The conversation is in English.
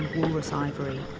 walrus ivory,